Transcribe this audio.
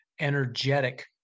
energetic